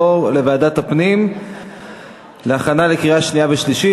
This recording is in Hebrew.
לוועדת הפנים והגנת הסביבה נתקבלה.